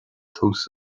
tús